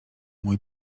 mój